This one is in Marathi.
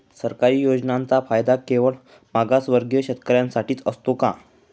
सरकारी योजनांचा फायदा केवळ मागासवर्गीय शेतकऱ्यांसाठीच असतो का?